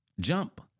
jump